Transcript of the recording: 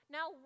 Now